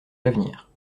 l’avenir